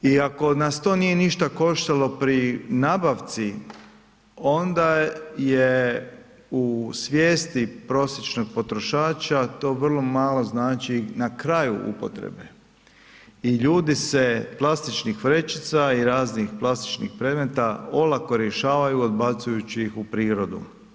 I ako nas to nije ništa koštalo pri nabavci onda je u svijesti prosječnog potrošača to vrlo malo znači na kraju upotrebe i ljudi se plastičnih vrećica i raznih plastičnih predmeta olako rješavaju odbacujući ih u prirodu.